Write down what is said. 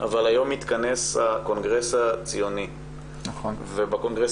אבל היום מתכנס הקונגרס הציוני ובקונגרס